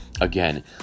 again